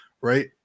right